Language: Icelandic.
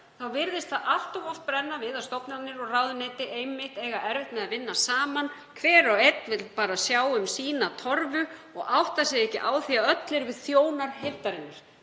þá virðist það allt of oft brenna við að stofnanir og ráðuneyti eigi erfitt með að vinna saman. Hver og einn vill bara sjá um sína torfu og áttar sig ekki á því að öll erum við þjónar heildarinnar,